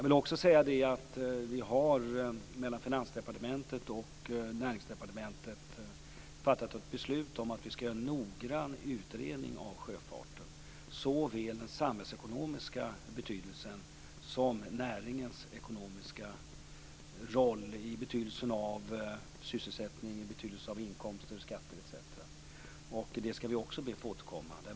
Vi har mellan Finansdepartementet och Näringsdepartementet fattat beslut om att vi skall göra en noggrann utredning av sjöfarten vad gäller såväl den samhällsekonomiska betydelsen som näringens ekonomiska roll i betydelsen av sysselsättning, inkomster och skatter. Det skall vi också be att få återkomma till.